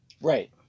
Right